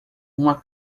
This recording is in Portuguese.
uma